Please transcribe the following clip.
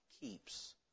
keeps